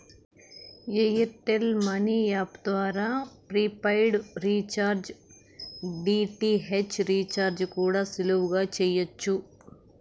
air tell money app ద్వారా prepaid recharge, DTH recharge కూడా సులువుగా చెయ్యచ్చు